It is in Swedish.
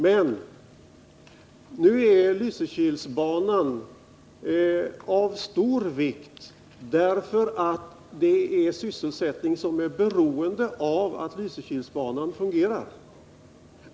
Men Lysekilsbanan är av stor vikt därför att det finns annan sysselsättning som är beroende av att banan fungerar.